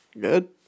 Good